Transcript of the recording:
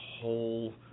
whole